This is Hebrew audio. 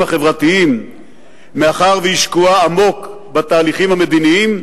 החברתיים מאחר שהיא שקועה עמוק בתהליכים המדיניים,